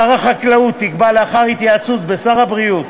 שר החקלאות יקבע, לאחר היוועצות בשר הבריאות